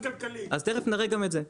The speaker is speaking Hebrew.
אז תיכף נראה גם את זה.